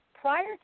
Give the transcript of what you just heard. prior